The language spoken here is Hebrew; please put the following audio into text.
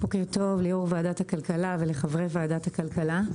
בוקר טוב ליושב ראש ועדת הכלכלה ולחברי ועדת הכלכלה.